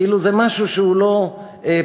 כאילו זה משהו שהוא לא פתיר.